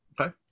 Okay